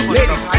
Ladies